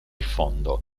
fondo